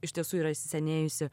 iš tiesų yra įsisenėjusi